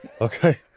Okay